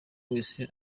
wese